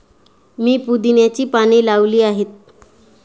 मी पुदिन्याची पाने लावली आहेत